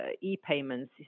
e-payments